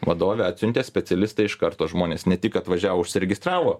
vadovė atsiuntė specialistą iš karto žmonės ne tik atvažiavo užsiregistravo